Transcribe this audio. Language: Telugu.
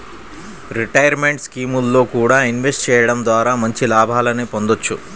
రిటైర్మెంట్ స్కీముల్లో కూడా ఇన్వెస్ట్ చెయ్యడం ద్వారా మంచి లాభాలనే పొందొచ్చు